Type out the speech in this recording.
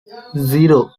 zero